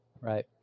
Right